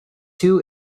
two